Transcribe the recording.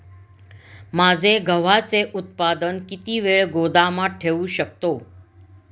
माझे गव्हाचे उत्पादन किती वेळ गोदामात ठेवू शकतो?